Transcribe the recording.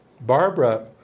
Barbara